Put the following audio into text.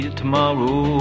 tomorrow